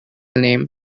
name